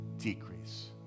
decrease